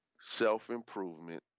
Self-improvement